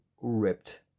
ripped